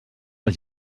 els